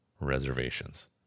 Reservations